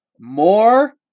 more